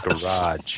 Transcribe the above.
garage